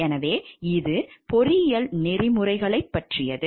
எனவே இது பொறியியல் நெறிமுறைகளைப் பற்றியது